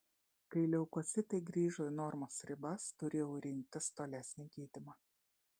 kai leukocitai grįžo į normos ribas turėjau rinktis tolesnį gydymą